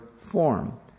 form